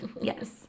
yes